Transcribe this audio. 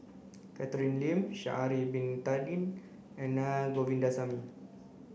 Catherine Lim Sha'ari bin Tadin and Naa Govindasamy